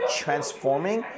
transforming